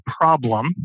problem